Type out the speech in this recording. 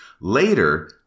Later